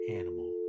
animal